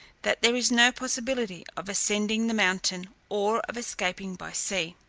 that there is no possibility of ascending the mountain, or of escaping by sea.